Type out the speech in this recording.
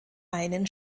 einen